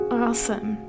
awesome